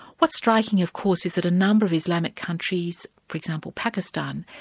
what's striking of course is that a number of islamic countries, for example, pakistan,